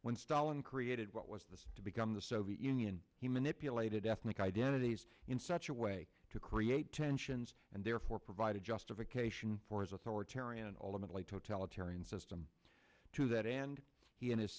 when stalin created what was this to become the soviet union he manipulated ethnic identities in such a way to create tensions and therefore provide a justification for his authoritarian and ultimately totalitarian system to that and he and his